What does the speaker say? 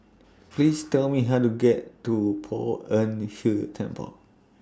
Please Tell Me How to get to Poh Ern Shih Temple